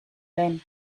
lehen